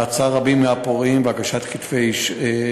מעצר רבים מהפורעים והגשת כתבי-אישום.